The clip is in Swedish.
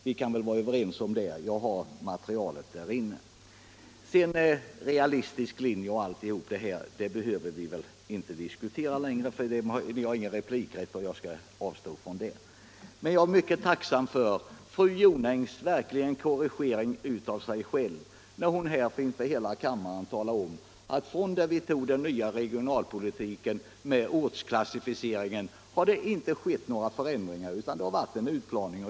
— Vi kan väl vara överens om att det var på det sättet. Jag har materialet tillgängligt. Sedan behöver vi inte längre diskutera huruvida det är en realistisk linje; vi har ingen replikrätt, och jag skall därför avstå från den diskussionen. Jag är emellertid mycket tacksam för fru Jonängs korrigering av sig själv, när hon inför hela kammaren talade om att det — från det vi antog den nya regionalpolitiken med ortsklassificeringen — inte har skett några förändringar utan det har varit en utplaning.